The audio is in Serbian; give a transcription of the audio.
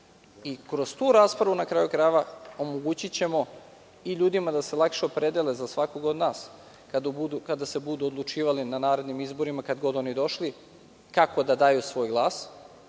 Kroz tu raspravu, na kraju krajeva, omogućićemo i ljudima da se lakše opredele za svakoga od nas kada se budu odlučivali na narednim izborima, kad god oni došli, kako da daju svoj glas,